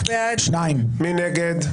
מי נגד?